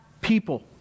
people